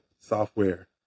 software